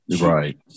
Right